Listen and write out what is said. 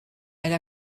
elle